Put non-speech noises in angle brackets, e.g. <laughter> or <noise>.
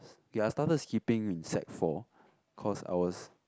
<noise> okay I started skipping in sec four cause I was